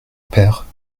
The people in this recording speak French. père